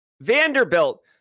Vanderbilt